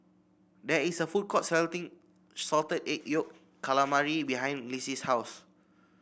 there is a food court selling Salted Egg Yolk Calamari behind Lissie's house